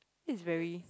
this is very